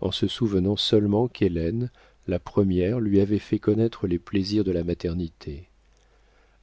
en se souvenant seulement qu'hélène la première lui avait fait connaître les plaisirs de la maternité